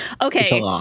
Okay